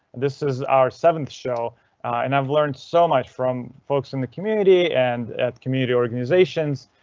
this is our seventh show and i've learned so much from folks in the community and at community organizations,